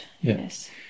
yes